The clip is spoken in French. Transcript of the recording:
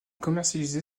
commercialisé